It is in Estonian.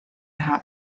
näha